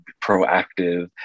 proactive